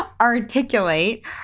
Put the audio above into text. articulate